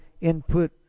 input